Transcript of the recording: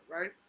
right